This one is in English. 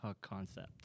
concept